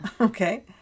Okay